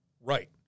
right